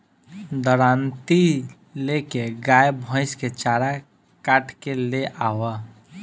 दराँती ले के गाय भईस के चारा काट के ले आवअ